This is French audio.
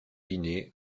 linné